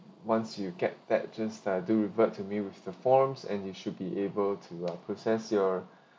once you get that just uh do revert to me with the forms and you should be able to uh process your